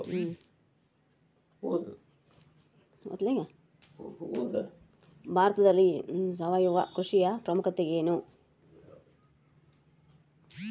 ಭಾರತದಲ್ಲಿ ಸಾವಯವ ಕೃಷಿಯ ಪ್ರಾಮುಖ್ಯತೆ ಎನು?